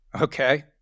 Okay